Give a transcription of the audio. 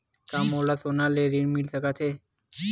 का मोला सोना ले ऋण मिल सकथे?